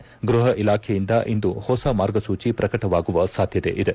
ಇಂದು ಗೃಪ ಇಲಾಖೆಯಿಂದ ಇಂದು ಹೊಸ ಮಾರ್ಗಸೂಚಿ ಪ್ರಕಟವಾಗುವ ಸಾಧ್ಯತೆ ಇದೆ